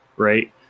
Right